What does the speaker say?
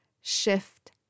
shift